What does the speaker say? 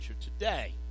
today